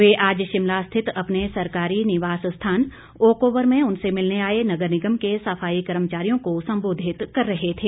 वे आज शिमला स्थित अपने सरकारी निवास स्थान ओकओवर में उनसे मिलने आए नगर निगम के सफाई कर्मचारियों को सम्बोधित कर रहें थे